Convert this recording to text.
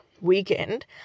weekend